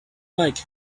like